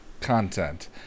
content